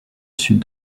sud